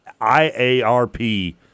IARP